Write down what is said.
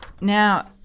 Now